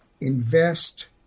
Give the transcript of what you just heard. invest